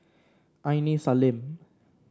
Aini Salim